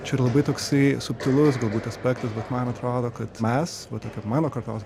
čia yra labai toksai subtilus galbūt aspektas bet man atrodo kad mes vat mano kartos